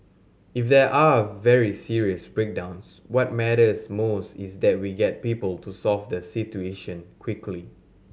if there are very serious breakdowns what matters most is that we get people to solve the situation quickly